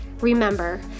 Remember